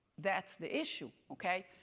that's the issue, okay?